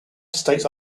states